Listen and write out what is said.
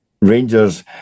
Rangers